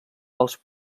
els